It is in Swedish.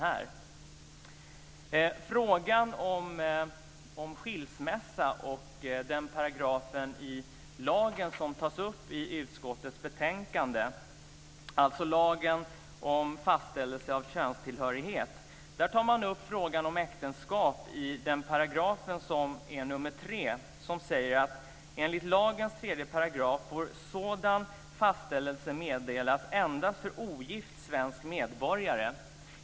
I utskottsbetänkandet tas frågan om skilsmässa och den paragraf i lagen som rör fastställelse av könstillhörighet upp. I § 3 tas frågan om äktenskap upp, nämligen att enligt lagens tredje paragraf får sådan fastställelse meddelas endast för ogift svensk medborgare.